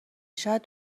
شاید